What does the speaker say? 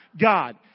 God